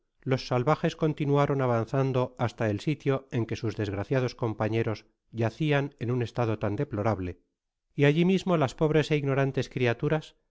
los salvajes continuaron avanzando hasta el sitio en que sus desgraciados compañeros yacian en un estado tan deplorable y alli mismo las pobres é ignorantes criaturas